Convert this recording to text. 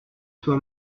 soi